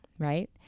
Right